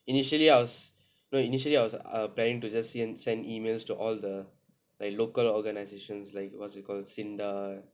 initially I was no initially I was applying to just sian send emails to all the like local organisations like what's it called SINDA